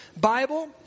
Bible